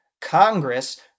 Congress